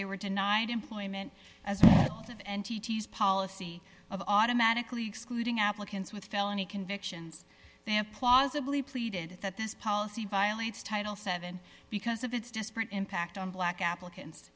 they were denied employment as of entities policy of automatically excluding applicants with felony convictions they applause a bully pleaded that this policy violates title seven because of its disparate impact on black applicants